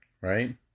right